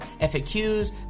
FAQs